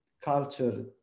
culture